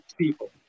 people